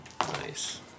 Nice